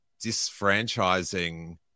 disfranchising